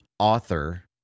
author